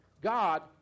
God